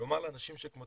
לומר לא נשים שכמותו,